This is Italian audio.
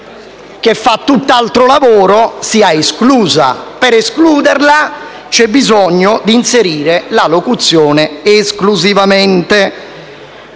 che fa tutt'altro lavoro sia esclusa e, per escluderla, c'è bisogno di inserire la locuzione «esclusivamente».